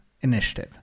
Initiative